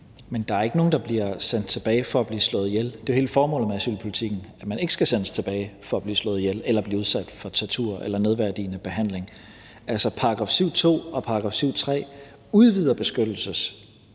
Men der er ikke nogen, der bliver sendt tilbage for at blive slået ihjel. Det er jo hele formålet med asylpolitikken, altså at man ikke skal sendes tilbage for at blive slået ihjel eller blive udsat for tortur eller nedværdigende behandling. Altså, § 7, stk. 2, og § 7, stk. 3, udvider beskyttelsesdefinitionen,